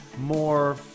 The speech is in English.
more